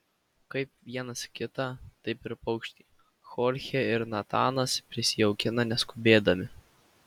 kaip vienas kitą taip ir paukštį chorchė ir natanas prisijaukina neskubėdami